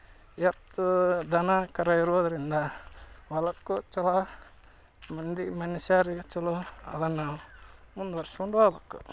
ಎತ್ತು ದನ ಕರು ಇರೋದರಿಂದ ಹೊಲಕ್ಕೂ ಚಲೋ ಮಂದಿ ಮನುಷ್ಯರಿಗೆ ಚಲೋ ಅದನ್ನು ನಾವು ಮುಂದ್ವರೆಸ್ಕೊಂಡು ಹೋಗ್ಬೇಕು